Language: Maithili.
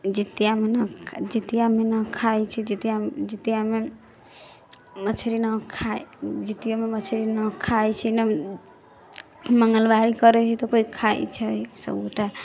जितिआमे नहि जितिआमे नहि खाइत छै जितिआमे जितिआमे मछली नहि खाइत छै जितिआमे मछली नहि खाइत छै नहि मङ्गलवारी करैत छै तऽ केओ खाइत छै सब गोटा